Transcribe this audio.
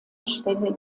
stelle